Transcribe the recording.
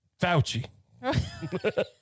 Fauci